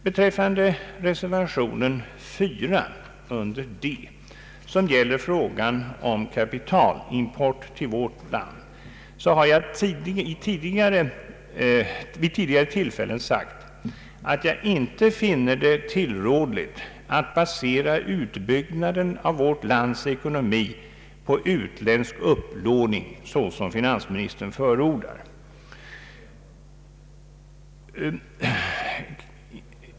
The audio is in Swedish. Beträffande reservation 4 under D som gäller frågan om kapitalimport till vårt land vill jag framhålla att jag vid tidigare tillfälle har sagt att jag inte finner det tillrådligt att basera utbyggnaden av vårt lands ekonomi på utländsk upplåning såsom finansministern förordar.